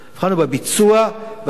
המבחן הוא בביצוע.